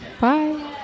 Bye